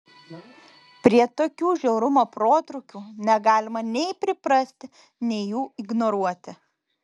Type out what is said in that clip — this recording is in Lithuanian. prie tokių žiaurumo protrūkių negalima nei priprasti nei jų ignoruoti